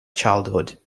childhood